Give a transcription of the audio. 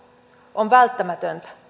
on välttämätöntä